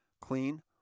clean